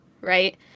right